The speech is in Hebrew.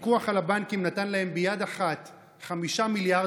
הפיקוח על הבנקים נתן להם ביד אחת 5 מיליארד